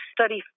study